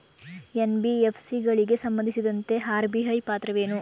NBFC ಗಳಿಗೆ ಸಂಬಂಧಿಸಿದಂತೆ RBI ಪಾತ್ರವೇನು?